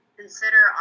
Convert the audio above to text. consider